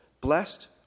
blessed